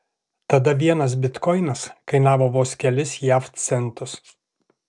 tada vienas bitkoinas kainavo vos kelis jav centus